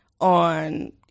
on